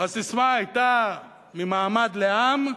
הססמה היתה "ממעמד לעם",